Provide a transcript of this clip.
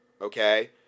Okay